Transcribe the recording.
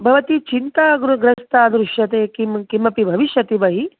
भवती चिन्ता ग्रु ग्रस्ता दृश्यते किं किमपि भविष्यति बहिः